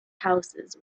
houses